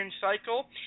cycle